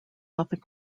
often